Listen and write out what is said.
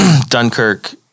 Dunkirk